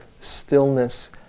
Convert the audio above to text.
stillness